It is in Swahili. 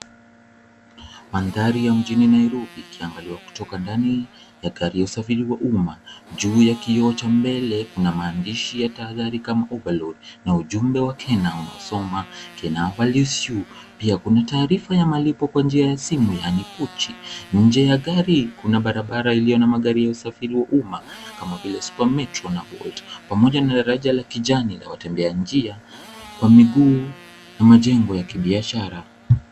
Mandhari ya mjini Nairobi ikiangaliwa kutoka ndani ya gari ya usafiri wa umma. Juu ya kioo cha mbele kuna maandishi ya tahadhari kama overload na ujumbe wa Kenha unaosoma, Kenha values you pia kuna taarifa ya malipo kwa njia ya simu yaani pochi. Nje ya gari kuna barabara ilio na magari ya usafiri wa umma kama vile super metro na bolt pamoja na raja la kijani la watembea njia kwa miguu na majengo ya kibiashara.